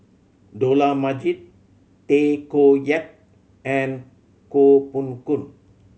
Dollah Majid Tay Koh Yat and Koh Poh Koon